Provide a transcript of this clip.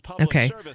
Okay